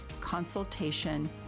consultation